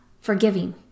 forgiving